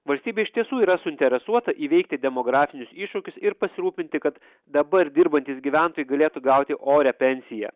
valstybė iš tiesų yra suinteresuota įveikti demografinius iššūkius ir pasirūpinti kad dabar dirbantys gyventojai galėtų gauti orią pensiją